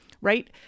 right